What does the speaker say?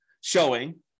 showing